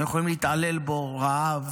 הם יכולים להתעלל בו, רעב